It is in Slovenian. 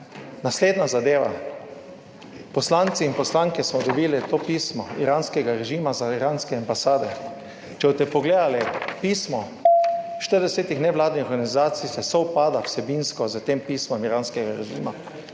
Naslednja zadeva. Poslanci in poslanke smo dobili to pismo iranskega režima z iranske ambasade. Če boste pogledali pismo, 40 nevladnih organizacij sovpada vsebinsko s tem pismom iranskega režima.